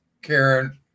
karen